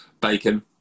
bacon